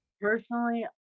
personally